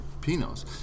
pinots